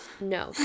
No